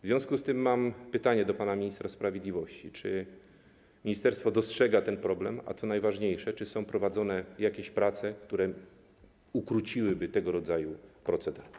W związku z tym mam pytanie do pana ministra sprawiedliwości: Czy ministerstwo dostrzega ten problem, a co najważniejsze - czy są prowadzone jakieś prace, które ukróciłyby tego rodzaju proceder?